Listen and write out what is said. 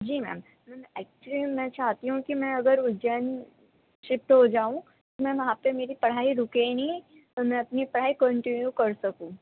جی ma'am ma'am actually میں میں چاہتی ہوں کہ میں اگر اجین شفٹ ہو جاؤں تو میم وہاں پہ میری پرھائی رکے نہیں اور میں اپنی پڑھائی کونٹینیو کر سکوں